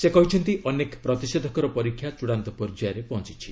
ସେ କହିଛନ୍ତି ଅନେକ ପ୍ରତିଷେଧକର ପରୀକ୍ଷା ଚ୍ଚଡ଼ାନ୍ତ ପର୍ଯ୍ୟାୟରେ ପହଞ୍ଚିଛି